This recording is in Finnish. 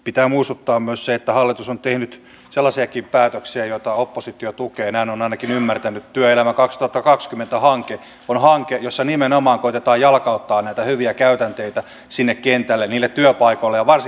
pitää muistuttaa myös että hallitus on tehnyt sellaisiakin päätöksiä joita oppositio tukee näin on ainakin ymmärtänyt työelämä katketa kakskymmentä vankia kun hanke jossa nimenomaan konepajalla kauppaa näitä hyviä käytänteitä sinne kentälle niille työpaikoille varsin